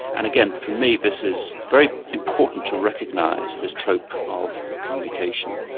and again for me this is very important to recognise this trope of communication.